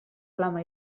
flama